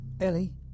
Ellie